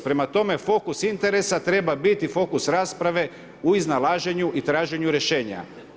Prema tome, fokus interesa treba biti fokus rasprave u iznalaženju i traženju riješena.